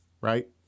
right